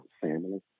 family